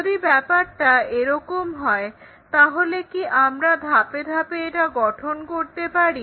যদি ব্যাপারটা এরম হয় তাহলে কি আমরা ধাপে ধাপে এটা গঠন করতে পারি